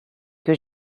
que